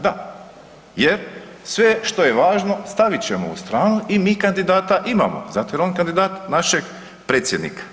Da, jer sve što je važno stavit ćemo u stranu i mi kandidata imamo zato jer je on kandidat našeg predsjednika.